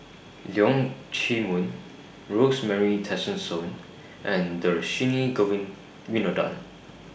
Leong Chee Mun Rosemary Tessensohn and Dhershini Govin Winodan